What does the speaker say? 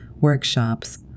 workshops